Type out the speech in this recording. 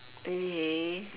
very hey